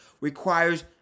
requires